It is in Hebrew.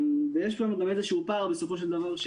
יש לנו איזשהו פער בסופו של דבר,